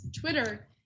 Twitter